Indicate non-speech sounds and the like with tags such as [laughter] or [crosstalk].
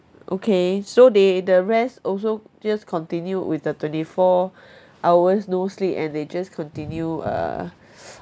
okay so they the rest also just continue with the twenty four hours no sleep and they just continue uh [noise]